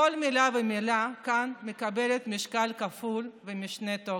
כל מילה ומילה כאן מקבלת משקל כפול ומשנה תוקף.